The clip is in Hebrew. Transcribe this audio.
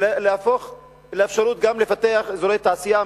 ולתת את האפשרות גם לפתח אזורי תעשייה,